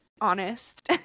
honest